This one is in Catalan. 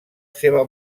seva